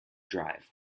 drive